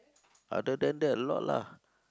other than that a lot lah